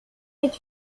est